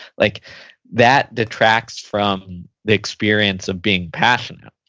like that detracts from the experience of being passionate.